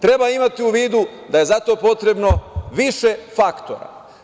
Treba imati u vidu da je za to potrebno više faktora.